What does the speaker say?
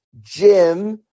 jim